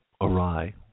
awry